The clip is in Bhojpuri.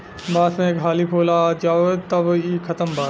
बांस में एक हाली फूल आ जाओ तब इ खतम बा